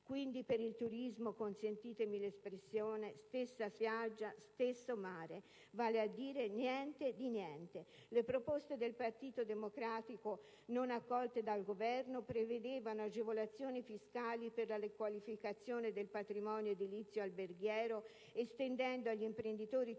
Quindi per il turismo - consentitemi l'espressione - stessa spiaggia, stesso mare: vale a dire niente di niente. Le proposte del Partito Democratico non accolte dal Governo prevedevano agevolazioni fiscali per la riqualificazione del patrimonio edilizio alberghiero, estendendo agli imprenditori turistici